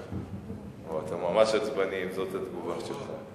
אתה ממש עצבני אם זאת התגובה שלך.